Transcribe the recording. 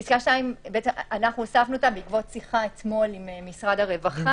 אנחנו הוספנו את פסקה (2) בעקבות שיחה אתמול עם משרד הרווחה.